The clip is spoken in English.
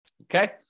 okay